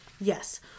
Yes